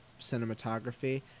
cinematography